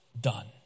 done